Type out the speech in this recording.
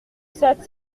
sept